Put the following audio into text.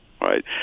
right